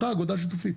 הוא אותה אגודה שיתופית,